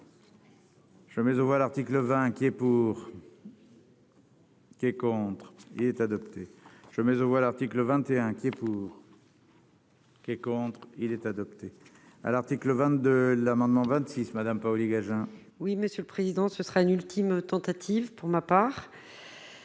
Mais aux voix, l'article 20 qui est pour. Qui est contre est adopté je mais au moins, l'article 21 qui est. Pour. Qui est contre, il est adopté à l'article 22 l'amendement 26 Madame Paoli. Oui, monsieur le président, ce sera une ultime tentative pour ma part,